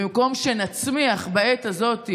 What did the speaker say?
במקום שנצמיח בעת הזאת,